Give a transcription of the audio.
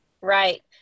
Right